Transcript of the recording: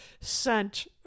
sent